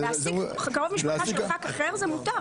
להעסיק קרוב משפחה של חה"כ אחר זה מותר.